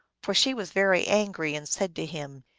for she was very angry, and said to him,